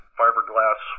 fiberglass